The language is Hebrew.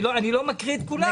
אני לא מקריא את כל השמות.